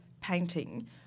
painting